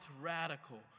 radical